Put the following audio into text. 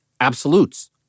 absolutes